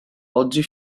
oggi